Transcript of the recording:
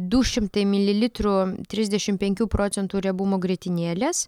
du šimtai mililitrų trisdešimt penkių procentų riebumo grietinėlės